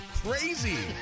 crazy